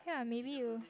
yeah maybe you will